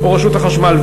או רשות החשמל.